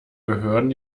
behörden